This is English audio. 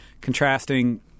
contrasting